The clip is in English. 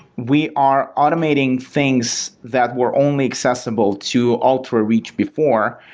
we are automating things that were only accessible to ultra-rich before,